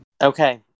Okay